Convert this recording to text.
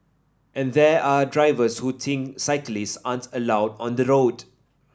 and there are drivers who think cyclists aren't allowed on the road